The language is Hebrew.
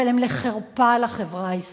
אבל הם לחרפה לחברה הישראלית.